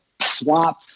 swap